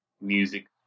music